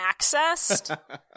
accessed